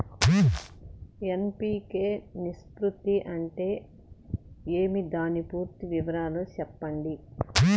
NPK నిష్పత్తి అంటే ఏమి దాని పూర్తి వివరాలు సెప్పండి?